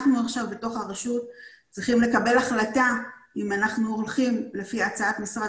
אנחנו בתוך הרשות צריכים לקבל החלטה אם אנחנו הולכים לפי הצעת משרד